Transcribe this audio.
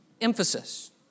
emphasis